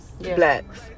Blacks